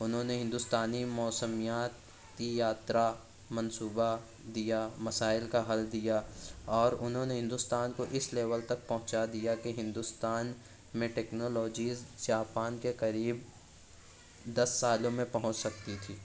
انہوں نے ہندوستانی موسمیات کی یاترا منصوبہ دیا مسائل کا حل دیا اور انہوں نے ہندوستان کو اس لیول تک پہنچا دیا کہ ہندوستان میں ٹیکنالوجیز جاپان کے قریب دس سالوں میں پہنچ سکتی تھی